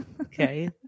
Okay